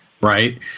right